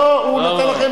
הוא נותן לכם